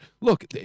Look